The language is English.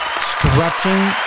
stretching